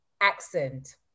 accent